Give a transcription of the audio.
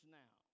now